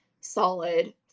solid